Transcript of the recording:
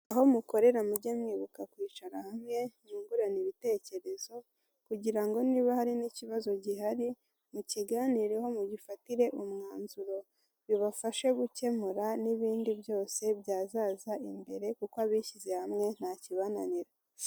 Aho mukorera muge mwibuka kwicara hamwe mwungurane ibitekerezo kugirango niba hari n'ikibazo gihari mukiganireho mugifatire umwanzuro bibafashe gukemura n'ibindi byose byazaza imbere, kuko abishyize hamwe ntakibananira.